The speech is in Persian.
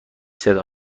صدا